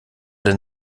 denn